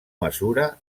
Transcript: mesura